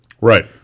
right